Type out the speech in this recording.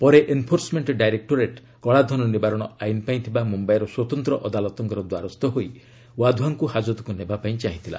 ପରେ enforcement directorate କଳାଧନ ନିବାରଣ ଆଇନ ପାଇଁ ଥିବା ମୁମ୍ବାଇର ସ୍ୱତନ୍ତ୍ର ଅଦାଲତଙ୍କର ଦ୍ୱାରସ୍ଥ ହୋଇ ୱାଧୱାଁଙ୍କୁ ହାଜତକୁ ନେବାପାଇଁ ଚାହିଁଥିଲା